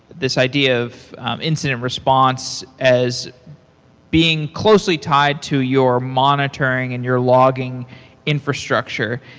this idea of incident response as being closely tied to your monitoring and your logging infrastructure.